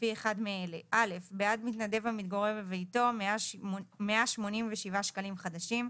לפי אחד מאלה: בעד מתנדב המתגורר בביתו - 187 שקלים חדשים,